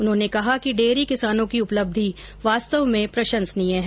उन्होंने कहा कि डेयरी किसानों की उपलब्धि वास्तव में प्रशंसनीय है